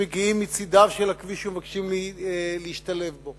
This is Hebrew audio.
שמגיעים מצדיו של הכביש ומבקשים להשתלב בו,